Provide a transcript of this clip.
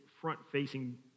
front-facing